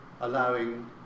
allowing